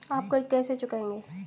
आप कर्ज कैसे चुकाएंगे?